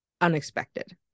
unexpected